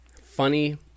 funny